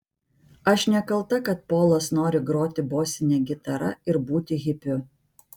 aš nekalta kad polas nori groti bosine gitara ir būti hipiu